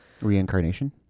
Reincarnation